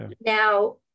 Now